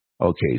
Okay